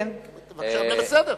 וזה בסדר,